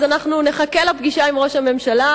אז אנחנו נחכה לפגישה עם ראש הממשלה.